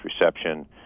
reception